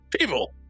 people